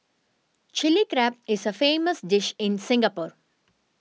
Chilli Crab is a famous dish in Singapore